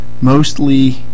mostly